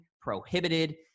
prohibited